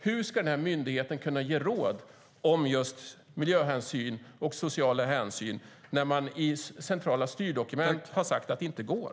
Hur ska denna myndighet kunna ge råd om just miljöhänsyn och sociala hänsyn när man i centrala styrdokument har sagt att det inte går?